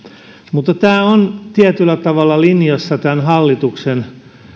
mutta tämä on tietyllä tavalla linjassa tämän hallituksen